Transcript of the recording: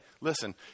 listen